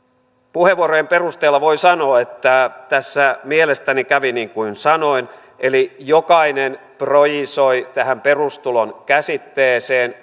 puheenvuorojen perusteella voi sanoa että tässä mielestäni kävi niin kuin sanoin eli jokainen projisoi tähän perustulon käsitteeseen